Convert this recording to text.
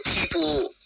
people